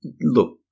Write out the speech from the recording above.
Look